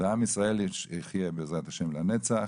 ועם ישראל יחיה בעזרת ה' לנצח.